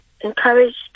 encouraged